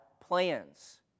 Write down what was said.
plans